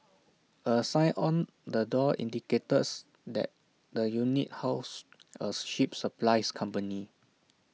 A sign on the door indicates that the unit housed A ship supplies company